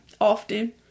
often